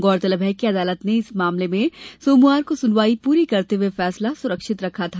गौरतलब है कि अदालत ने इस मामले में सोमवार को सुनवाई प्ररी करते हुए फैसला सुरक्षित रखा था